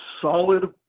solid